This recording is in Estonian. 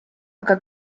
aga